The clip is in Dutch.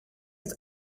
het